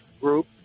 Group